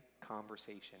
conversation